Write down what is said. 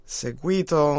seguito